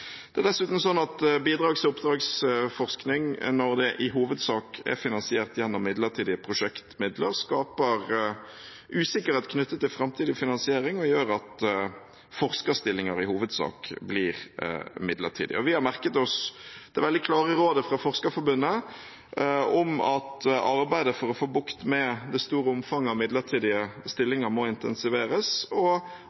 Det er dessuten sånn at bidragsoppdragsforskning når det i hovedsak er finansiert gjennom midlertidige prosjektmidler, skaper usikkerhet knyttet til framtidig finansiering og gjør at forskerstillinger i hovedsak blir midlertidige. Vi har merket oss det veldig klare rådet fra Forskerforbundet om at arbeidet for å få bukt med det store omfanget av midlertidige